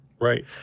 Right